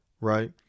right